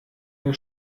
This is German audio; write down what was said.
der